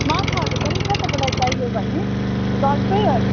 माछाहरू पनि छ तपाईँलाई चाहियो भने घरकै हो